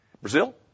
Brazil